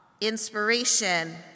inspiration